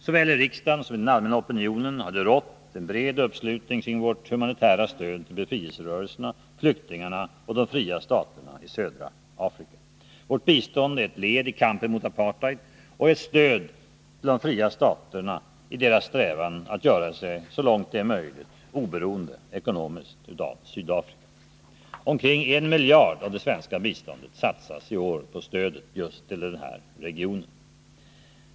Såväl i riksdagen som i den allmänna opinionen har det rått en bred uppslutning kring vårt humanitära stöd till befrielserörelserna, flyktingarna och de fria staterna i södra Afrika. Vårt bistånd är ett led i kampen mot apartheid och ett stöd till de fria staterna i deras strävan att göra sig, så långt det är möjligt, ekonomiskt oberoende av Sydafrika. Omkring en miljard av det svenska biståndet satsas i år på stöd till just den här regionen.